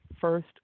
first